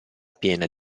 piena